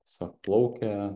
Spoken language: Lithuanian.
tiesiog plaukia